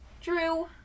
Drew